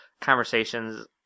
conversations